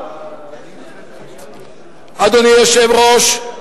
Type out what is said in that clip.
אדוני היושב-ראש,